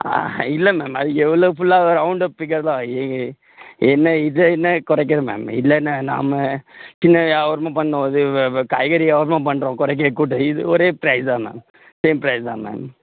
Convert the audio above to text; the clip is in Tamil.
ஆ இல்லை மேம் அது எவ்வளோ ஃபுல்லாக ரவுண்டப்பிடிக்காதுல ஏன்னா இது என்ன குறைக்கிறது மேம் இதில் என்ன நாம சின்ன வியாபாரமாக பண்ணுறோம் அது வ வ காய்கறி வியாபாரமாக பண்ணுறோம் குறைக்க கூட்ட இது ஒரே ப்ரைஸ் தான் மேம் சேம் ப்ரைஸ் தான் மேம்